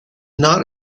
not